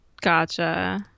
Gotcha